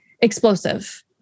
explosive